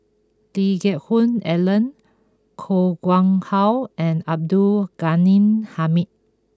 Lee Geck Hoon Ellen Koh Nguang How and Abdul Ghani Hamid